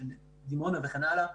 דימונה וכן הלאה,